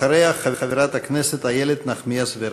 אחריה, חברת הכנסת איילת נחמיאס ורבין.